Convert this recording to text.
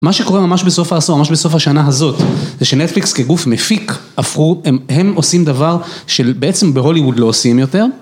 מה שקורה ממש בסוף העשור, ממש בסוף השנה הזאת, זה שנטפליקס כגוף מפיק הפכו, הם עושים דבר שבעצם בהוליווד לא עושים יותר